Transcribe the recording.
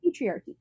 patriarchy